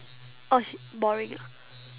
oh boring ah